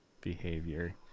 behavior